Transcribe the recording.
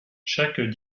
chaque